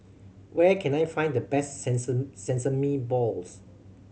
where can I find the best sesame balls